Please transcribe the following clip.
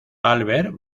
albert